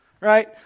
right